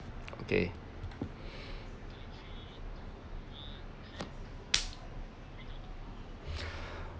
okay